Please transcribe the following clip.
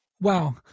Wow